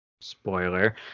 spoiler